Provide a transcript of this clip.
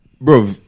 bro